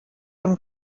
him